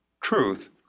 Truth